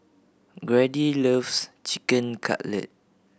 Grady loves Chicken Cutlet